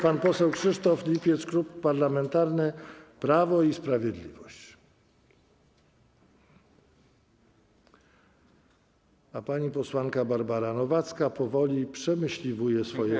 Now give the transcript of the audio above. Pan poseł Krzysztof Lipiec, Klub Parlamentarny Prawo i Sprawiedliwość, a pani posłanka Barbara Nowacka powoli przemyśliwa swoje pytania.